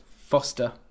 foster